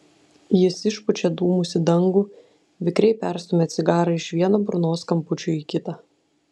jis išpučia dūmus į dangų vikriai perstumia cigarą iš vieno burnos kampučio į kitą